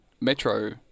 metro